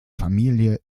familie